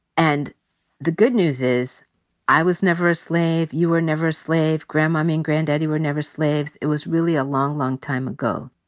and the good news is i was never a slave. you were never a slave. grandmommy and granddaddy were never slaves. it was really a long, long time ago.